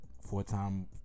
four-time